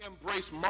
embrace